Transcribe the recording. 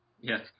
Yes